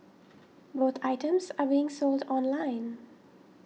both items are being sold online